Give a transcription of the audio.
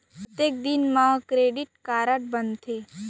कतेक दिन मा क्रेडिट कारड बनते?